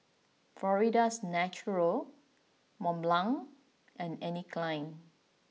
Florida's Natural Mont Blanc and Anne Klein